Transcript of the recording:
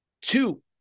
Two